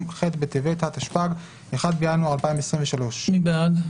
ח' בטבת התשפ"ג (1 בינואר 2023).". מי בעד?